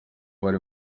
bari